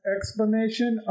Explanation